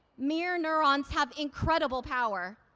mirror neurons have incredible power.